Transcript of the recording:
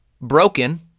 broken